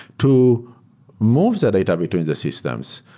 to move the data between the systems,